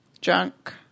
junk